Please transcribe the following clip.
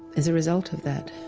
is a result of that